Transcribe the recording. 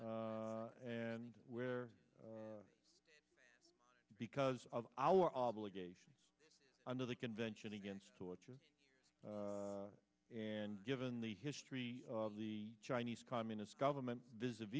r and where because of our obligations under the convention against torture and given the history of the chinese communist government